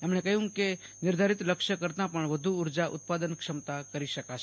એમણે કહ્યું કે નિર્ધારિત લક્ષ્ય કરતાં પણ વ્ધુ ઊર્જા ઉત્પાદન ક્ષમતા કરી શકાશે